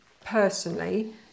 personally